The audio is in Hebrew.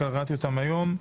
קראתי אותן היום.